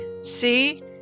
See